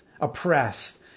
oppressed